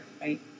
right